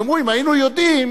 יאמר: אם היינו יודעים,